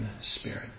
Spirit